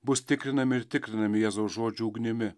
bus tikrinami ir tikrinami jėzaus žodžių ugnimi